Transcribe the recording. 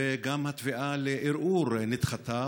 וגם תביעה לערעור נדחתה,